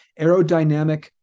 Aerodynamic